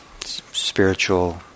spiritual